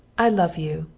i love you,